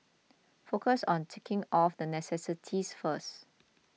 focus on ticking off the necessities first